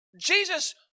Jesus